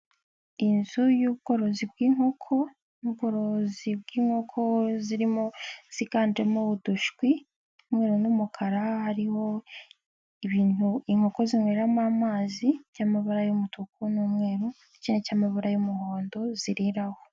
Inzu y'ubworozi bw'inkoko ni ubworozi bw'inkoko zirimo ziganjemo udushwi umweru n'umukara harimo ibintu inkoko zinyweramo amazi, by'amabara y'umutuku n'umweru n'icyamabara y'umuhondo ziriraho.